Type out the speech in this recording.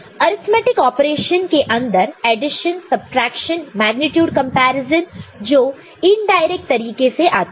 arithmetic operation के अंदर addition subtraction magnitude comparison जो इनडायरेक्ट तरीके से आता है